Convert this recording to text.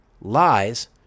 lies